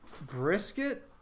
brisket